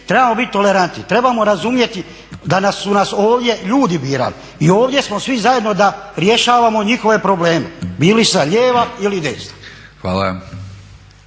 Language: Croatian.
trebamo bit tolerantni, trebamo razumjeti da su nas ovdje ljudi birali i ovdje smo svi zajedno da rješavamo njihove probleme, bili sa lijeva ili desna.